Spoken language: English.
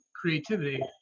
creativity